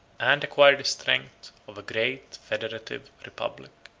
and acquired the strength, of a great foederative republic.